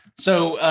so,